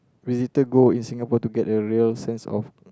visitor go in Singapore to get a real sense of